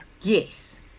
Yes